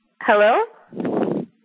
hello